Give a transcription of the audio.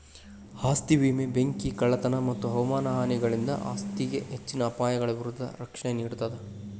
ಆಸ್ತಿ ವಿಮೆ ಬೆಂಕಿ ಕಳ್ಳತನ ಮತ್ತ ಹವಾಮಾನ ಹಾನಿಗಳಿಂದ ಆಸ್ತಿಗೆ ಹೆಚ್ಚಿನ ಅಪಾಯಗಳ ವಿರುದ್ಧ ರಕ್ಷಣೆ ನೇಡ್ತದ